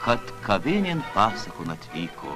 kad kavinėn pasakon atvyko